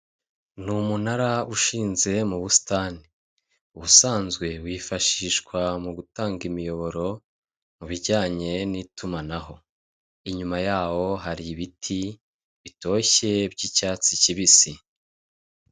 Ni umunara ushinze mu busitani ubusanzwe wifashishwa mu gutanga imiyoboro, mu bijyanye n'itumanaho inyuma yaho hari ibiti bitoshye by'icyatsi kibisi.